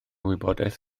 wybodaeth